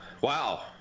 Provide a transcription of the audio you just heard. Wow